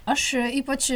aš ypač